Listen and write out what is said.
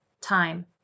time